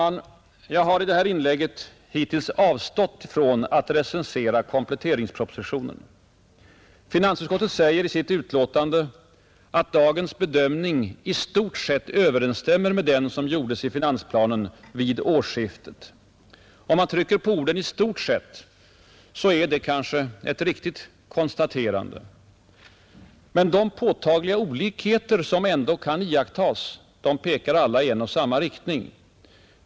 Jag har i mitt inlägg hittills avstått från att recensera kompletteringspropositionen. Finansutskottet säger i sitt utlåtande att dagens bedömning i stort sett överensstämmer med den som gjordes i finansplanen vid årsskiftet. Om man trycker på orden ”i stort sett” är detta kanske ett riktigt konstaterande. Men de påtagliga olikheter som man ändå kan iaktta pekar alla i en och samma riktning.